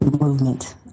movement